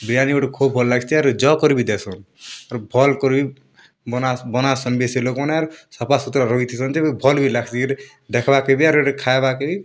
ବିରିୟାନୀ ଗୋଟେ ଖୁବ୍ ଭଲ୍ ଲାଗସି ଆରୁ ଜ କରି ବି ଦେସନ୍ ପୁରା ଭଲ୍ କରି ବନାସନ୍ ବି ସେ ଲୋକମାନେ ଆର ସଫାସୁତୁରା ରଖିଥିସନ୍ ଯେବେ ଭଲ୍ ବି ଲାଗସି ଏଟି ଦେଖବାକେ ବି ଆର୍ ଏଟି ଖାବାକେ ବି